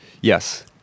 Yes